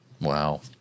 Wow